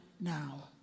now